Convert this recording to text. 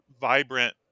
vibrant